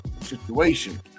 situation